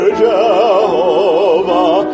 Jehovah